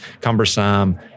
cumbersome